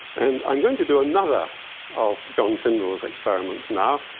and i'm going to do another of john tyndall's experiments now.